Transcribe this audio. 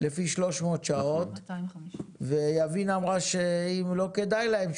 לפי 300 שעות ויבינה אמרה שאם לא כדאי להם,